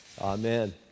Amen